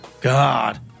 God